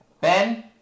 Ben